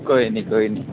कोई नी कोई नी